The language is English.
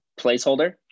placeholder